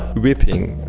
whipping.